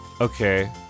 Okay